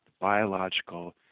biological